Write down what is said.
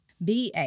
BA